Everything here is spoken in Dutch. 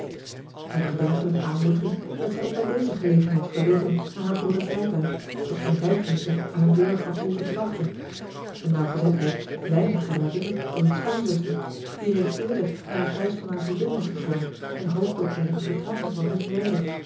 met een dergelijke aanmoediging werd zij ook bij deze gelegenheid verwezen naar haar broeder's rijtuig dat geen vijf minuten aan hun deur had behoeven te wachten eene nauwgezetheid weinig gewaardeerd door hun schoonzuster die reeds eerder naar het huis van haar vriendin was gegaan en hoopte op eenige vertraging van hunne